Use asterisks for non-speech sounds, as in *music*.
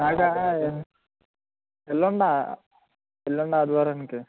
*unintelligible* ఎల్లుండా ఎల్లుండి ఆదివారానికి